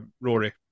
Rory